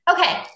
okay